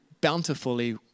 bountifully